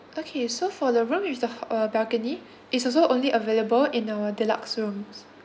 okay so for the room with the uh balcony it's also only available in our deluxe rooms